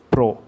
Pro